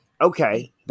Okay